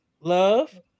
Love